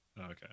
okay